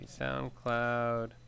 Soundcloud